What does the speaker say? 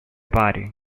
party